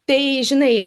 tai žinai